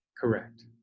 Correct